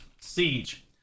siege